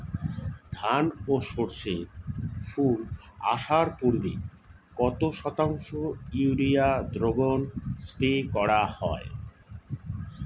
ধান ও সর্ষে ফুল আসার পূর্বে কত শতাংশ ইউরিয়া দ্রবণ স্প্রে করা হয়?